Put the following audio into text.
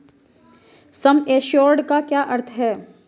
सम assured का क्या अर्थ है?